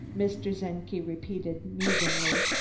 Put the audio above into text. mr. czenki repeated musingly.